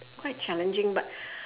quite challenging but